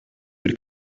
bir